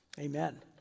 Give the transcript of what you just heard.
amen